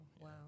Wow